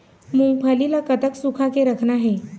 मूंगफली ला कतक सूखा के रखना हे?